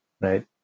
right